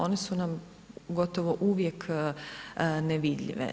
One su nam gotovo uvijek nevidljive.